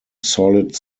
solid